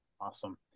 Awesome